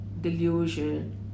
delusion